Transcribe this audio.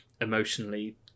emotionally